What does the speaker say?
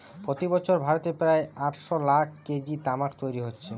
প্রতি বছর ভারতে প্রায় আটশ লাখ কেজি তামাক তৈরি হচ্ছে